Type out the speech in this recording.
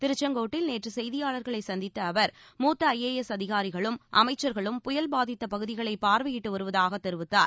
திருச்செங்கோட்டில் நேற்று செய்தியாளர்களைச் சந்தித்த அவர் மூத்த ஐஏஎஸ் அதிகாரிகளும் அமைச்சர்களும் புயல் பாதித்த பகுதிகளை பார்வையிட்டு வருவதாக தெரிவித்தார்